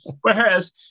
Whereas